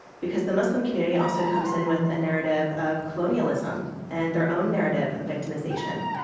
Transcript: because the muslim community also comes in with a narrative of colonialism and their own narrative of victimization.